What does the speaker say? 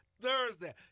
Thursday